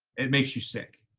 it makes you sick.